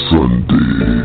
Sunday